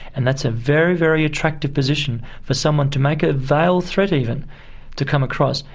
and that's a very, very attractive position for someone to make a veiled threat even to come across.